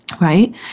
Right